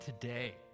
today